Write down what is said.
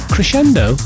Crescendo